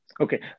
Okay